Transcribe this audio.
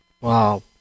Wow